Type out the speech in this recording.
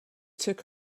took